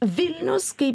vilnius kaip